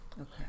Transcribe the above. Okay